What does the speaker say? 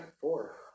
four